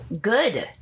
good